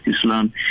Islam